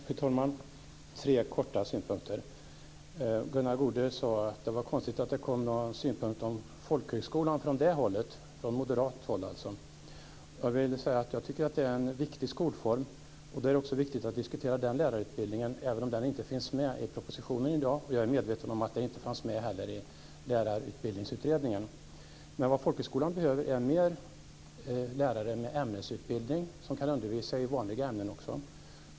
Fru talman! Jag har tre korta synpunkter. Gunnar Goude sade att det var konstigt att det kom några synpunkter om folkhögskolan från moderat håll. Jag tycker att det är en viktig skolform. Då är det också viktigt att diskutera den lärarutbildningen, även om den inte finns med i propositionen i dag. Jag är medveten om att den inte heller fanns med i Lärarutbildningsutredningen. Folkhögskolan behöver fler lärare med ämnesutbildning som kan undervisa i vanliga ämnen också.